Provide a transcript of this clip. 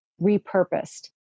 repurposed